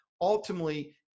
ultimately